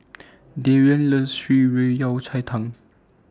Darryn loves Shan Rui Yao Cai Tang